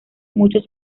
mucho